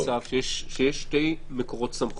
אבל לא יכול להיות מצב שיש שני מקורות סמכות